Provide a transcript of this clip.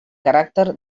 caràcter